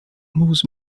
moves